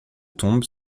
tombes